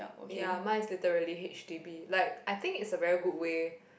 ya mine is literally h_d_b like I think it's a very good way